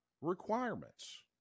requirements